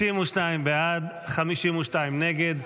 62 בעד, 52 נגד.